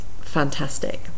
fantastic